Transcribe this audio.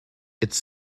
its